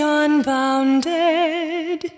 unbounded